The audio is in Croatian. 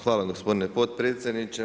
Hvala gospodine potpredsjedniče.